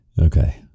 Okay